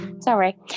Sorry